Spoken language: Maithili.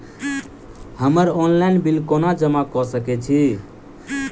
हम्मर ऑनलाइन बिल कोना जमा कऽ सकय छी?